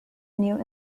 new